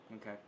Okay